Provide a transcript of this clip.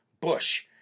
Bush